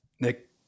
Nick